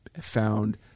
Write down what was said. found